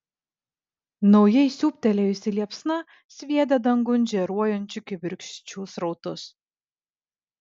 naujai siūbtelėjusi liepsna sviedė dangun žėruojančių kibirkščių srautus